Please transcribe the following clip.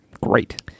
Great